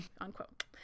unquote